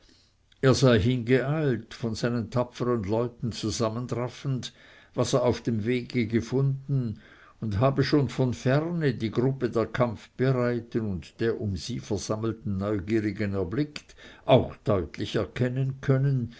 er sei hingeeilt von seinen tapfern leuten zusammenraffend was er auf dem wege gefunden und habe schon von ferne die gruppe der kampfbereiten und der um sie versammelten neugierigen erblickt auch deutlich erkennen können